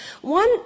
One